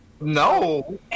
No